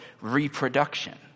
reproduction